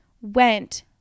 went